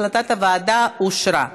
החלטת הוועדה אושרה.